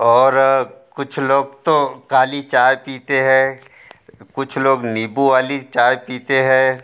और कुछ लोग तो काली चाय पीते हैं कुछ लोग नींबू वाली चाय पीते हैं